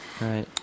right